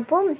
அப்போ